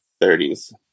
thirties